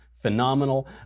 phenomenal